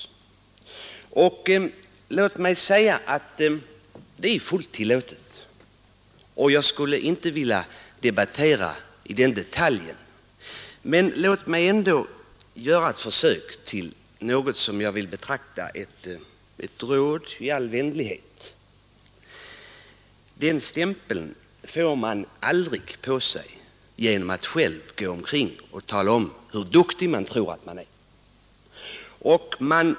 Detta är naturligtvis fullt tillåtet, och jag skulle helst inte vilja debattera den detaljen. Men låt mig ändå försöka att ge ett råd i all vänlighet. Den här stämpeln får man aldrig på sig genom att själv gå omkring och tala om hur duktig man tror att man är.